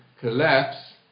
collapse